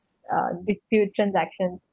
uh disputed actions